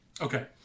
Okay